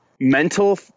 mental